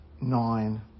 nine